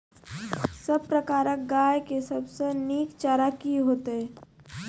सब प्रकारक गाय के सबसे नीक चारा की हेतु छै?